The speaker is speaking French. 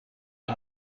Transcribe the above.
pas